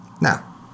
Now